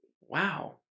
Wow